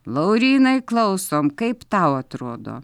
laurynai klausom kaip tau atrodo